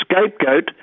scapegoat